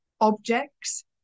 objects